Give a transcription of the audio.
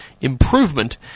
improvement